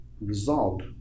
resolved